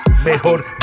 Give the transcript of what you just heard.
Mejor